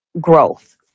growth